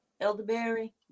elderberry